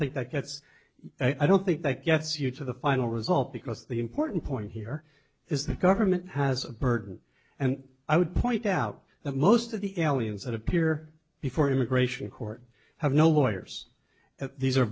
think that that's i don't think that gets you to the final result because the important point here is that government has a burden and i would point out that most of the aliens that appear before immigration court have no lawyers at these are